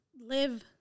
live